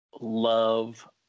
love